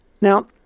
Now